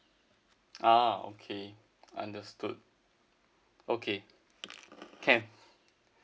ah okay understood okay can